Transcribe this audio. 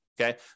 Okay